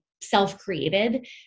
self-created